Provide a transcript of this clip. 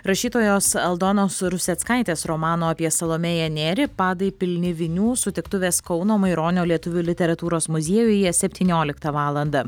rašytojos aldonos ruseckaitės romano apie salomėją nėrį padai pilni vinių sutiktuvės kauno maironio lietuvių literatūros muziejuje septynioliktą valandą